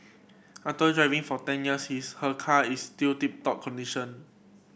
after driving for ten years his her car is still tip top condition